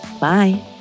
Bye